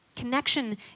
Connection